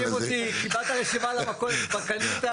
שואלים אותי קיבלת רשימת מכולת וקנית?